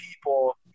people